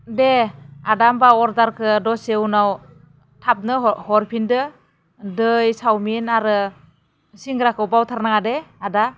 दे आदा होमबा अर्डारखौ दसे उनाव थाबनो हर हरफिनदो दै सावमिन आरो सिंग्राखौ बावथारनाङादे आदा